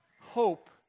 hope